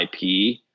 IP